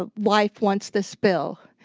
ah wife wants this bill.